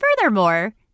Furthermore